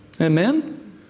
Amen